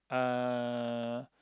uh